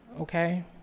Okay